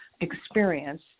experience